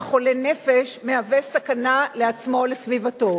חולה נפש מהווה סכנה לעצמו ולסביבתו,